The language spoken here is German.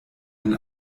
ein